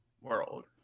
world